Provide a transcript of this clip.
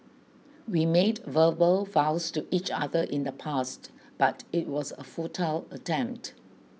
we made verbal vows to each other in the past but it was a futile attempt